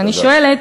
ואני שואלת,